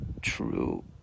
true